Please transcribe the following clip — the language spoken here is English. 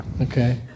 Okay